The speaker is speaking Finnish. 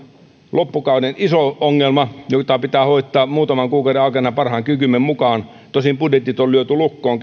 loppukauden iso ongelma jota pitää hoitaa muutaman kuukauden aikana parhaan kykymme mukaan tosin budjetit on käytännössä lyöty lukkoon